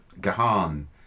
Gahan